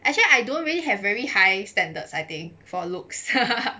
actually I don't really have very high standards I think for looks